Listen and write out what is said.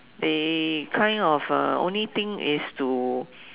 they kind of uh only thing is to